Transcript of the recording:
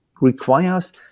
requires